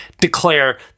declare